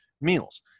meals